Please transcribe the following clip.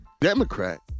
Democrat